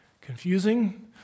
confusing